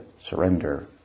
surrender